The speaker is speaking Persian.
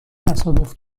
تصادف